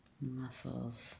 muscles